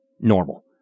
normal